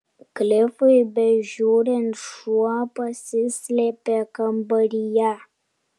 klifui bežiūrint šuo pasislėpė kambaryje